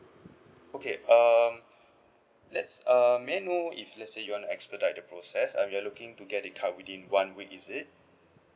okay um let's uh may I know if let's say you want to expedite the process um you're looking to get the card within one week is it